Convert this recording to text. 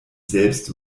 selbst